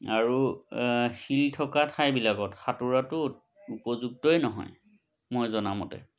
আৰু শিল থকা ঠাইবিলাকত সাঁতোৰাতো উপযুক্তই নহয় মই জনামতে